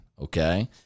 okay